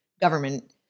government